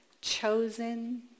chosen